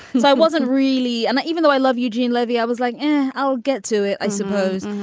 so i wasn't really and i even though i love eugene levy i was like yeah i'll get to it i suppose.